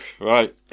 Right